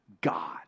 God